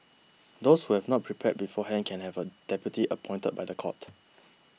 those who have not prepared beforehand can have a deputy appointed by the court